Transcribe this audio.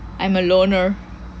I'm a loner